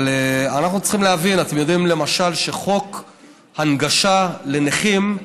אבל אנחנו צריכים להבין: אתם יודעים שלמשל חוק הנגשה לנכים,